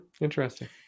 Interesting